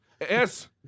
Yes